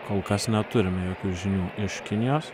kol kas neturime jokių žinių iš kinijos